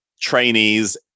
trainees